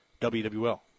WWL